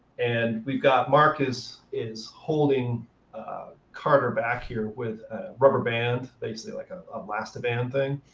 and we've got marcus is holding carter back here with a rubber band, basically like ah a elastiband thing.